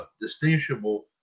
distinguishable